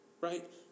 Right